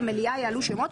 למליאה יעלו שמות.